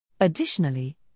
Additionally